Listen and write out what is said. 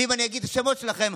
ואם אני אגיד את השמות שלהם,